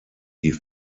die